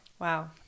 wow